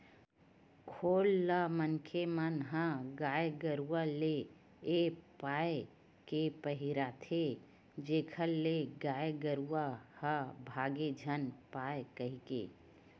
खोल ल मनखे मन ह गाय गरुवा ले ए पाय के पहिराथे जेखर ले गाय गरुवा ह भांगे झन पाय कहिके